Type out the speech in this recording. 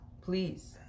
please